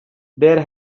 there